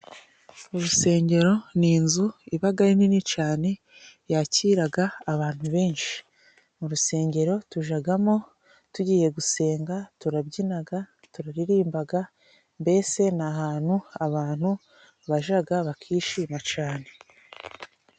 Urusengero ni inzu ibaga ari nini cyane yakiraga abantu benshi, mu rusengero tujagamo tugiye gusenga, turabyinaga, turaririmbaga mbese ni ahantu abantu bajaga bakishima cyane.